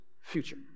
future